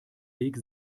weg